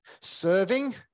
serving